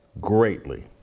greatly